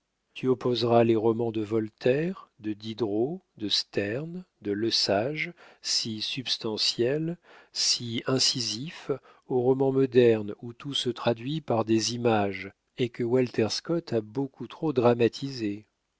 tu opposeras les romans de voltaire de diderot de sterne de lesage si substantiels si incisifs au roman moderne où tout se traduit par des images et que walter scott a beaucoup trop dramatisé